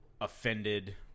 offended